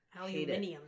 Aluminium